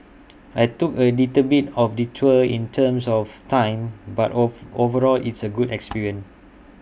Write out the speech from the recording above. I took A little bit of detour in terms of time but of overall it's A good experience